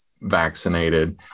vaccinated